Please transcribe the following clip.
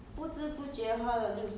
看 shopping